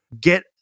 Get